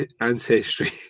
ancestry